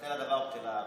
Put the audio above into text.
בטל הדבר, בטלה האהבה".